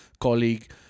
colleague